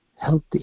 healthy